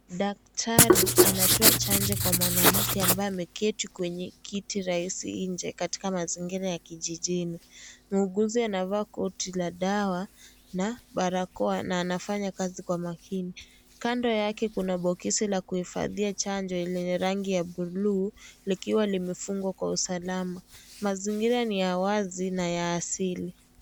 Daktari anatoa chanjo kwa mwanamke ambaye ameketi kwenye kiti rahisi inje katika mazingira ya kijijini. Muuguzi anavaa koti la dawa na balakoa na anafanya kazi kwa makini. Kando yake kuna bokisi la kuhifadhia chanjo yenye rangi ya blue ,likiwa limefungwa kwa usalama. Mazingira ni ya wazi na ya asili.